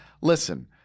listen